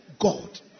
God